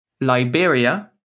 Liberia